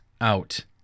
out